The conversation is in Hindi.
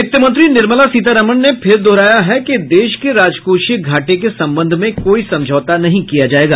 वित्तमंत्री निर्मला सीतारामन ने फिर दोहराया है कि देश के राजकोषीय घाटे के संबंध में कोई समझौता नहीं किया जाएगा